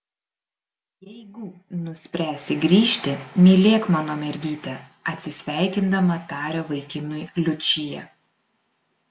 jeigu nuspręsi grįžti mylėk mano mergytę atsisveikindama taria vaikinui liučija